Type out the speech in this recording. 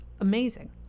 amazing